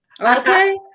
Okay